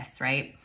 right